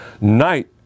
Night